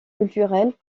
culturels